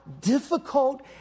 difficult